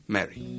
Mary